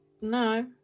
No